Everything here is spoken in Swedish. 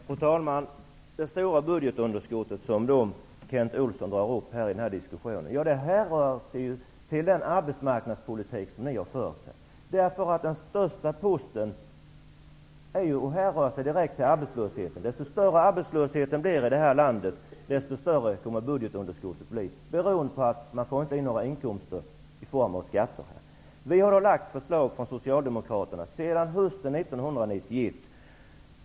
Fru talman! Det stora budgetunderskottet, som Kent Olsson nämnde i denna diskussion, härrör sig till den arbetsmarknadspolitik som ni har fört. Den största posten beror direkt på arbetslösheten. Ju större arbetslösheten blir i detta land, desto större kommer budgetunderskottet att bli, beroende på att man inte får in några inkomster i form av skatter. Vi socialdemokrater har lagt fram förslag sedan hösten 1991.